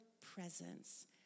presence